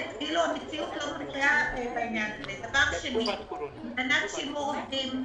שנית, מבחינת שימור עובדים,